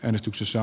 äänestyksissä